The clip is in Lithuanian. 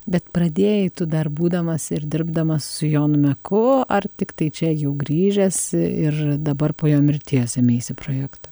bet pradėjai tu dar būdamas ir dirbdamas su jonu meku ar tiktai čia jau grįžęs ir dabar po jo mirties ėmeisi projekto